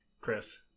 Chris